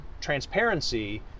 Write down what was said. transparency